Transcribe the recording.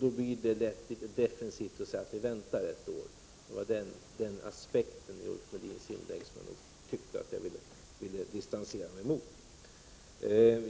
Då blir det lätt litet defensivt att säga: ”Vi väntar ett år.” Det var den aspekten i Ulf Melins inlägg jag ville distansera mig från.